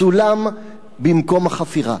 צולם במקום החפירה.